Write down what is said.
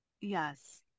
Yes